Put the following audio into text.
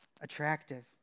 Attractive